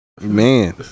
Man